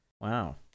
Wow